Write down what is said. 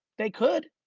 they could.